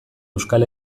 euskal